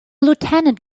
lieutenant